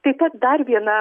taip pat dar viena